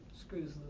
screws